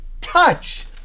touch